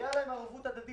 שהייתה להם ערבות הדדית,